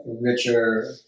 richer